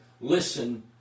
listen